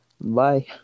Bye